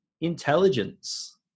Intelligence